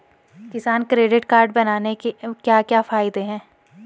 किसान credit card बनाने के क्या क्या फायदे हैं?